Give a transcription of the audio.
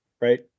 right